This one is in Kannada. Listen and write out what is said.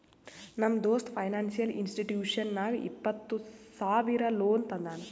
ನಮ್ ದೋಸ್ತ ಫೈನಾನ್ಸಿಯಲ್ ಇನ್ಸ್ಟಿಟ್ಯೂಷನ್ ನಾಗ್ ಇಪ್ಪತ್ತ ಸಾವಿರ ಲೋನ್ ತಂದಾನ್